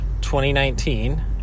2019